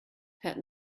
had